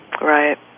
Right